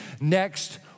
next